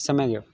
सम्यगेव